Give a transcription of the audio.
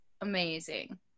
amazing